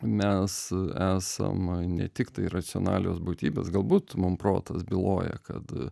mes esam ne tiktai racionalios būtybės galbūt mum protas byloja kad